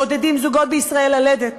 מעודדים זוגות בישראל ללדת,